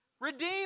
Redeem